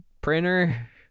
printer